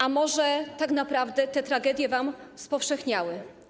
A może tak naprawdę te tragedie wam spowszechniały.